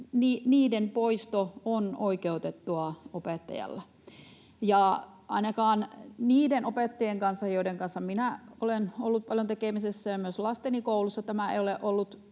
poisto on oikeutettua opettajalle. Ainakaan niiden opettajien kanssa, joiden kanssa minä olen ollut paljon tekemisissä ja myös lasteni koulussa, tämä ei ole ollut